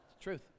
truth